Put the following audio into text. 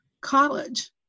college